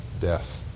death